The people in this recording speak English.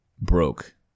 broke